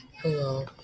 Hello